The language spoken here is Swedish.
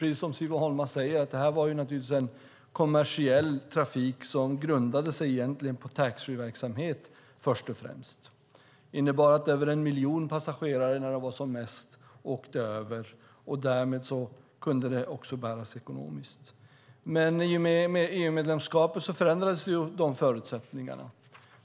Precis som Siv Holma säger var detta en kommersiell trafik som egentligen grundade sig först och främst på taxfreeförsäljning. Det innebar att över en miljon passagerare som mest åkte över med färjan. Därmed kunde denna trafik också bära sig ekonomiskt. Men i och med EU-medlemskapet förändrades dessa förutsättningar.